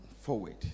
forward